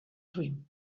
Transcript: dream